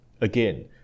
Again